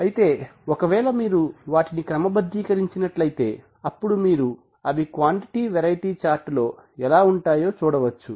అయితే ఒకవేళ మీరు వాటిని క్రమబద్దీకరించినట్లయితే అప్పుడు మీరు అవి క్వాంటీటీ వెరైటీ చార్టులో ఎలా ఉంటాయో చూడొచ్చు